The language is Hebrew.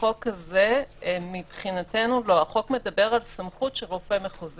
החוק הזה מבחינתנו מדבר על סמכות של רופא מחוזי,